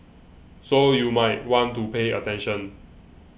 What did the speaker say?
so you might want to pay attention